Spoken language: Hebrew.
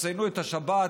תציינו את השבת,